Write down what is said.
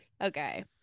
Okay